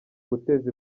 guteza